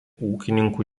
ūkininkų